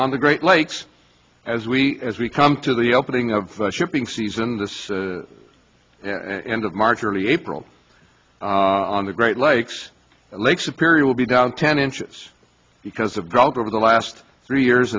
on the great lakes as we as we come to the opening of shipping season this and of march early april on the great lakes lake superior will be down ten inches because of drugs over the last three years